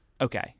okay